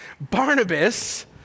Barnabas